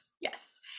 Yes